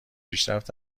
پیشرفت